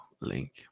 link